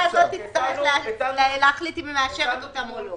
הזאת תצטרך להחליט אם היא מאשרת אותם או לא.